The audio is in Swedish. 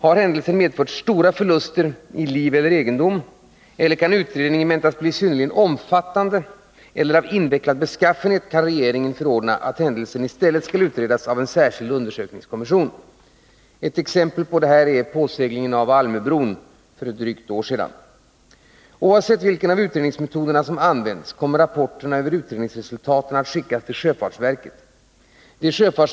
Har händelsen medfört stora förluster i liv eller egendom eller kan utredningen väntas bli synnerligen omfattande eller av invecklad beskaffenhet, kan regeringen förordna att händelsen i stället skall utredas av en särskild undersökningskommission. Ett exempel på detta är påseglingen av Almöbron för drygt ett år sedan. Oavsett vilken av utredningsmetoderna som används kommer rapporterna över utredningsresultaten att skickas till sjöfartsverket.